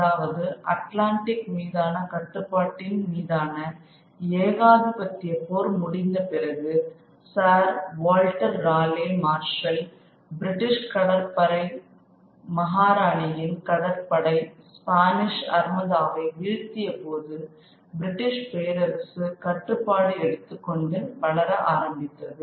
அதாவது அட்லாண்டிக் மீதான கட்டுப்பாட்டின் மீதான ஏகாதிபத்திய போர் முடிந்த பிறகு sir Walter Raleigh marshal British கடற்படை மகாராணியின் கடற்படை ஸ்பானிஷ் ஆர்மதாவை வீழ்த்திய போது பிரிட்டிஷ் பேரரசு கட்டுப்பாடு எடுத்துக்கொண்டு வளர ஆரம்பித்தது